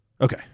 Okay